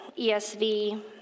ESV